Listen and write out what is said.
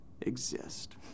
exist